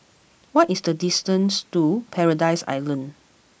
what is the distance to Paradise Island